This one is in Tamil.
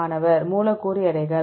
மாணவர் மூலக்கூறு எடைகள்